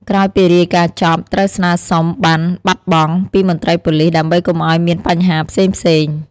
ក្រោយពីរាយការណ៍ចប់ ត្រូវស្នើសុំ បណ្ណបាត់បង់ ពីមន្ត្រីប៉ូលិសដើម្បីកុំអោយមានបញ្ហាផ្សេងៗ។